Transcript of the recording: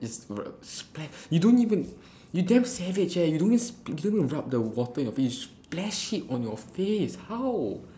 it's spla~ you don't even you damn savage leh you don't even rub the water on your face you splash it on your face how